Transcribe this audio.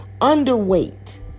Underweight